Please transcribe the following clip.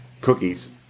cookies